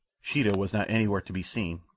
sheeta was not anywhere to be seen,